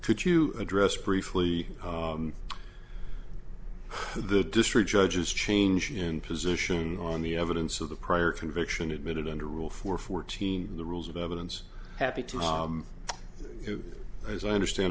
could you address briefly the district judges change in position on the evidence of the prior conviction admitted under rule four fourteen the rules of evidence happy to as i understand